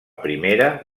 primera